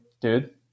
dude